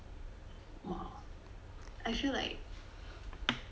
hmm !wow! I feel like